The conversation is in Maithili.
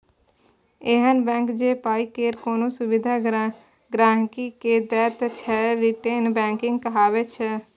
एहन बैंक जे पाइ केर कोनो सुविधा गांहिकी के दैत छै रिटेल बैंकिंग कहाबै छै